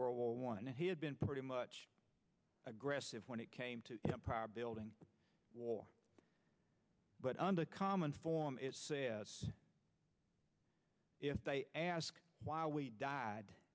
world war one and he had been pretty much aggressive when it came to empire building war but on the common form is if they ask why we died